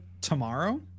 tomorrow